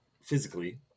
physically